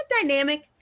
dynamic